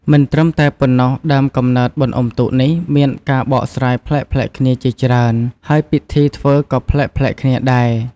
មិនត្រឹមតែប៉ុណ្ណោះ ដើមកំណើតបុណ្យអុំទូកនេះ មានការបកស្រាយប្លែកៗគ្នាជាច្រើន ហើយពិធីធ្វើក៏ប្លែកៗគ្នាដែរ។